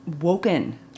woken